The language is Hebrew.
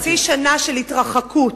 חצי שנה של התרחקות,